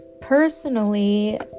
Personally